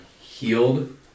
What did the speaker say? healed